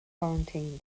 quarantine